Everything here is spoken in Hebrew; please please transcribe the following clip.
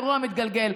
אירוע מתגלגל.